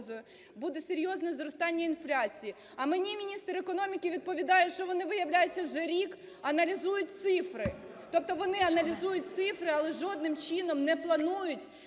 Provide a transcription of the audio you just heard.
буде серйозне зростання інфляції. А мені міністр економіки відповідає, що вони, виявляється, вже рік аналізують цифри. Тобто вони аналізують цифри, але жодним чином не планують,